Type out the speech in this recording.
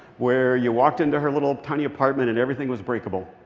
where you walked into her little, tiny apartment, and everything was breakable,